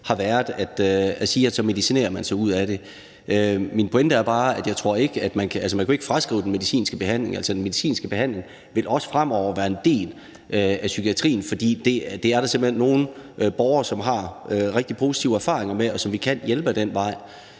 har været at sige, at så medicinerer man sig ud af det. Min pointe er bare, at man jo ikke kan afskrive den medicinske behandling. Altså, den medicinske behandling vil også fremover være en del af psykiatrien, for det er der simpelt hen nogle borgere som har rigtig positive erfaringer med, og som vi kan hjælpe ad den vej.